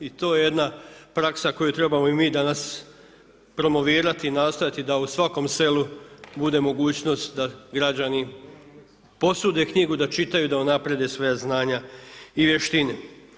I to je jedna praksa koju trebamo i mi danas promovirati, nastojati da u svakom selu bude mogućnost da građani posude knjigu, da čitaju, da unaprijede svoja znanja i vještine.